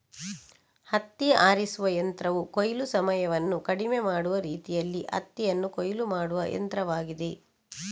ಹತ್ತಿ ಆರಿಸುವ ಯಂತ್ರವು ಕೊಯ್ಲು ಸಮಯವನ್ನು ಕಡಿಮೆ ಮಾಡುವ ರೀತಿಯಲ್ಲಿ ಹತ್ತಿಯನ್ನು ಕೊಯ್ಲು ಮಾಡುವ ಯಂತ್ರವಾಗಿದೆ